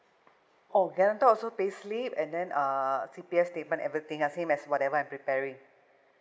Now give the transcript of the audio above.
orh guarantor also pay slip and then uh C_P_F statement everything ah same as whatever I'm preparing